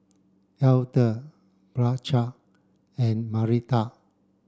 Edla Blanchard and Marita